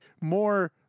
more